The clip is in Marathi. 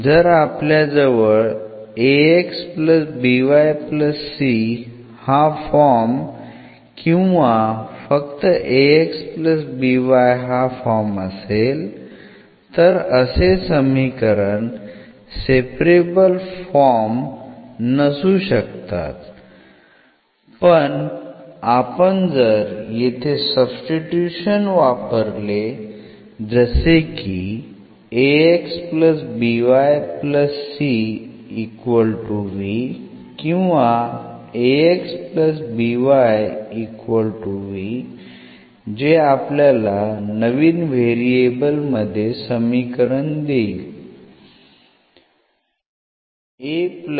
जर आपल्या जवळ हा फॉर्म किंवा फक्त हा फॉर्म असेल तर असे समीकरण सेपरेबल फॉर्म नसू शकतात पण आपण जर येथे सब्स्टिट्यूशन वापरले जसे की किंवा जे आपल्याला नवीन व्हेरिएबल मध्ये समीकरण देईल